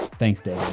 thanks david.